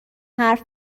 حرف